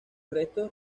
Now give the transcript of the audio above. restos